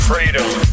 freedom